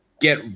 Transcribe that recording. get